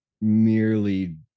merely